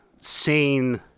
sane